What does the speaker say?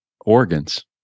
organs